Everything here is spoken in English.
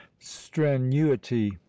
strenuity